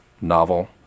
novel